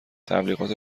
تبلیغات